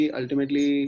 ultimately